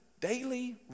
daily